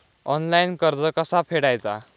Online कर्ज कसा फेडायचा?